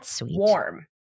warm